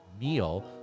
meal